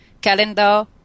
calendar